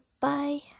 bye